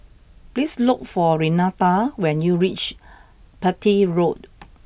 please look for Renata when you reach Petir Road